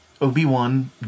Obi-Wan